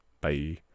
Bye